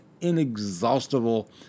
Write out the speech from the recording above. inexhaustible